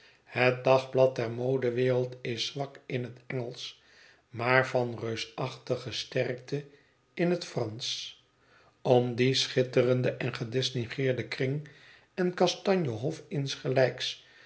het dagblad der modewereld is zwak in het engelsch maar van reusachtige sterkte in het fransch om dien schitterenden en gedistingueerden kring en kastanje hof insgelijks